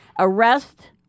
Arrest